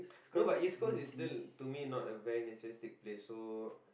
no but East-Coast is still to me not a very nice place to take pics so